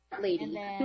lady